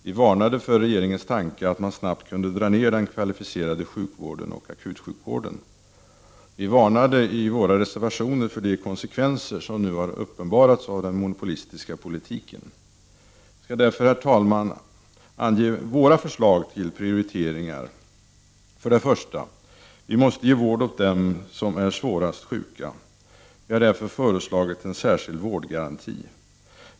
Vi varnade för regeringens tanke att man snabbt kunde dra ner på den kvalifice rade sjukvården och akutsjukvården. Vi varnade i våra reservationer för de = Prot. 1989/90:32 konsekvenser som nu har uppenbarats av den monopolistiska politiken. 24 november 1989 Jag skall därför, herr talman, ange våra förslag till prioriteringar: p Svar på interpella 1. Vi måste ge vård åt dem som är svårast sjuka. Vi har därför föreslagit en = tioner och fråga särskild vårdgaranti.